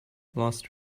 last